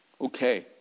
Okay